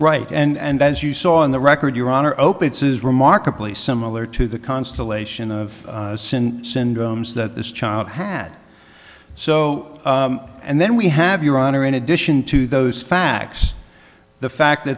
right and as you saw in the record your honor opiates is remarkably similar to the constellation of sin syndromes that this child had so and then we have your honor in addition to those facts the fact